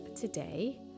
today